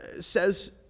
says